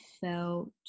felt